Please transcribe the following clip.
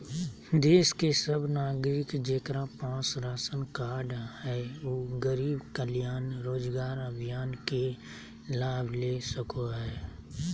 देश के सब नागरिक जेकरा पास राशन कार्ड हय उ गरीब कल्याण रोजगार अभियान के लाभ ले सको हय